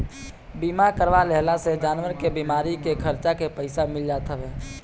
बीमा करवा लेहला से जानवर के बीमारी के खर्चा के पईसा मिल जात हवे